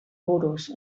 buruz